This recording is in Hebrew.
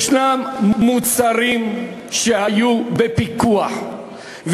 יש מוצרים שהיו בפיקוח,